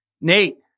Nate